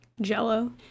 Jell-O